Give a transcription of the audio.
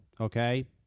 okay